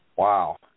Wow